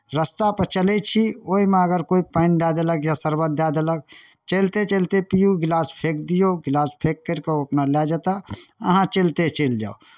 रस्तापर चलै छी ओहिमे अगर कोइ पानि दए देलक या शर्बत दए देलक चलिते चलिते पियू गिलास गिलास फेँकि दियौ गिलास फेँक करि कऽ ओ अपना लए जेताह अहाँ चलिते चलि जाउ